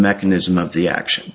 mechanism of the action